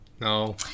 No